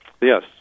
Yes